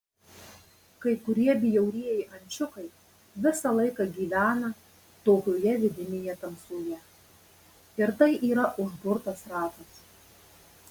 kai kurie bjaurieji ančiukai visą laiką gyvena tokioje vidinėje tamsoje ir tai yra užburtas ratas